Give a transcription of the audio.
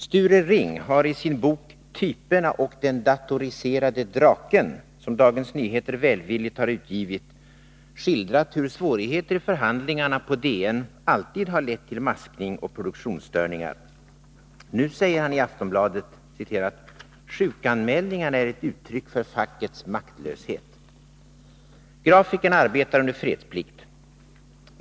Sture Ring har i sin bok Typerna och den datoriserade draken, som Dagens Nr 153 Nyheter välvilligt har utgivit, skildrat hur svårigheter i förhandlingarna på Tisdagen den Dagens Nyheter alltid lett till maskning och produktionsstörningar. Nu säger 24 maj 1983 han i Aftonbladet: ”Sjukanmälningarna är ett uttryck för fackets maktlös== het.” 3 Om åtgärder för Grafikerna arbetar under fredsplikt.